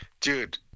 Dude